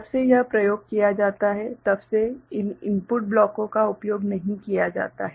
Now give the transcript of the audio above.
जब से यह प्रयोग किया जाता है तब से इन इनपुट ब्लॉकों का उपयोग नहीं किया जाता है